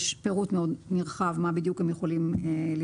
יש פירוט מאוד נרחב מה בדיוק הם יכולים לבדוק.